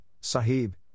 Sahib